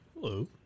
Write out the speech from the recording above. Hello